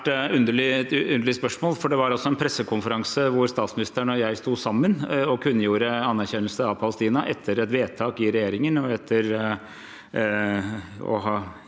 et svært underlig spørsmål, for det var en pressekonferanse hvor statsministeren og jeg sto sammen og kunngjorde anerkjennelse av Palestina etter et vedtak i regjeringen og etter å ha